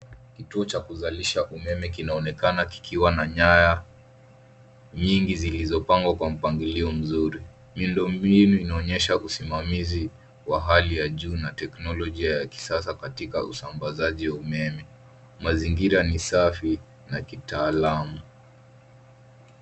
Kituo cha kuzalisha umeme kinaonekana kikiwa na nyaya nyingi zilizopangwa kwa mpangilio mzuri . Miundombinu inaonyesha usimamizi wa hali ya juu na teknolojia ya kisasa katika usambazaji wa umeme. Mazingira ni safi na kitaalamu.